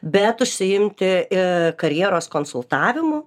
bet užsiimti į karjeros konsultavimu